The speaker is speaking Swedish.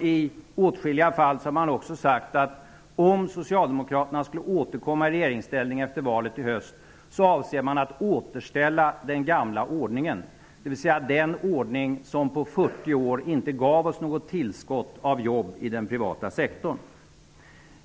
I åtskilliga fall har man sagt att om Socialdemokraterna skulle återkomma i regeringsställning efter valet i höst, avser man att återställa den gamla ordningen, dvs. den ordning som under 40 år inte gav oss något tillskott av jobb i den privata sektorn.